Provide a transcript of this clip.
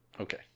okay